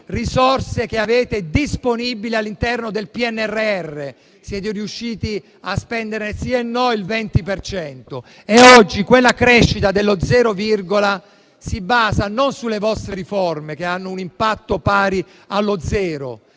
risorse che avete disponibili all'interno del PNRR. Siete riusciti a spenderne, sì e no, il 20 per cento. Oggi quella crescita dello zero virgola si basa non sulle vostre riforme, che hanno un impatto pari allo zero,